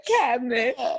cabinet